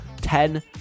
ten